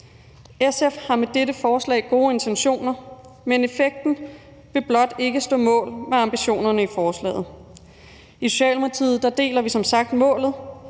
SF har med dette forslag gode intentioner, men effekten vil blot ikke stå mål med ambitionerne i forslaget. I Socialdemokratiet deler vi som sagt målet,